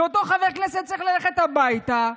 שאותו חבר כנסת צריך ללכת הביתה,